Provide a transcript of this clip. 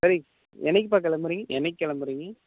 சரி என்னைக்குப்பா கிளம்புறீங்க என்னைக்கு கிளம்புறீங்க